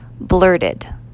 Blurted